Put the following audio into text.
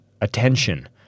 attention